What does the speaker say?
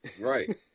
right